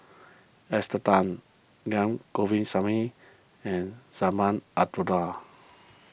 Esther Tan Naa Govindasamy and Azman Abdullah